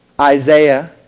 Isaiah